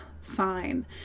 sign